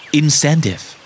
incentive